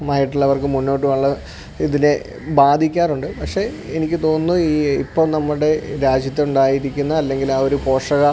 മായിട്ടുള്ളവർക്ക് മുന്നോട്ടുള്ള ഇതിനേ ബാധിക്കാറുണ്ട് പക്ഷേ എനിക്ക് തോന്നുന്നു ഈ ഇപ്പം നമ്മുടെ രാജ്യത്തുണ്ടായിരിക്കുന്ന അല്ലെങ്കിലാ ഒരു പോഷക